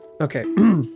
Okay